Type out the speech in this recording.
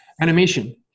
Animation